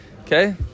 okay